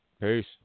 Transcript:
Peace